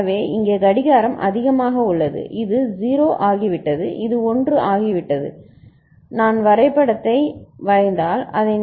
எனவே இங்கே கடிகாரம் அதிகமாக உள்ளது இது 0 ஆகிவிட்டது இது 1 ஆகிவிட்டது நீங்கள் காணலாம் நான் வரைபடத்தை வரைந்தால் அதை